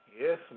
Yes